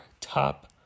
top